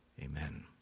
Amen